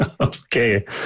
Okay